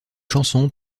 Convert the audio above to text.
chansons